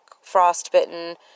frostbitten